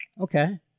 Okay